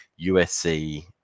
USC